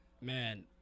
Man